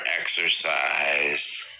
exercise